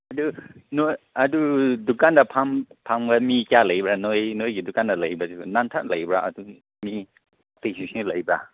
ꯑꯗꯨ ꯅꯣꯏ ꯑꯗꯨ ꯗꯨꯀꯥꯟꯗ ꯐꯝꯕ ꯃꯤ ꯀꯌꯥ ꯂꯩꯕ꯭ꯔꯥ ꯅꯣꯏꯒꯤ ꯗꯨꯀꯥꯟꯗ ꯂꯩꯕꯁꯤꯕꯣ ꯅꯊꯟ ꯂꯩꯕ꯭ꯔꯥ ꯑꯗꯨ ꯃꯤ ꯑꯇꯩꯁꯤꯡꯁꯨ ꯂꯩꯕ꯭ꯔꯥ